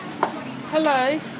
Hello